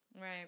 Right